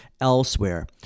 elsewhere